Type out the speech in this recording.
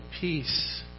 peace